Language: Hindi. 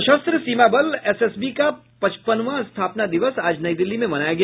सशस्त्र सीमा बल एसएसबी का पचपनवां स्थापना दिवस आज नई दिल्ली में मनाया गया